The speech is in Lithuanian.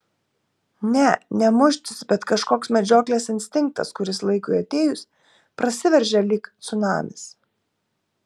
ne ne muštis bet kažkoks medžioklės instinktas kuris laikui atėjus prasiveržia lyg cunamis